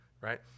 right